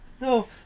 No